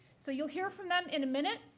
so you'll hear from them in a minute.